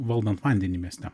valdant vandenį mieste